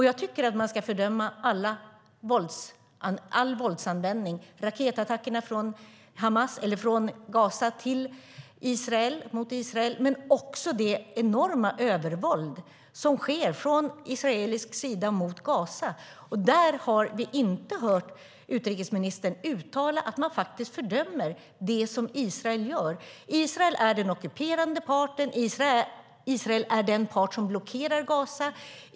Jag tycker att man ska fördöma all våldsanvändning: raketattackerna från Gaza mot Israel men också det enorma övervåld som sker från israelisk sida mot Gaza. Men vi har inte hört utrikesministern uttala att man fördömer det som Israel gör. Israel är den ockuperande parten. Israel är den part som blockerar Gaza.